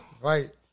Right